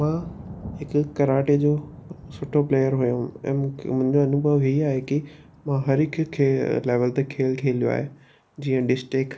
मां हिकु कराटे जो सुठो प्लेयर हुयुमि ऐं मुख मुंहिंजो अनुभव हीउ आहे की मां हर हिक खे लेविल ते खेल खेलियो आहे जीअं डिस्ट्रिक्ट